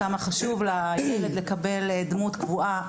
כמה חשוב לילד לקבל דמות קבועה,